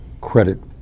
credit